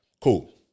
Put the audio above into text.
cool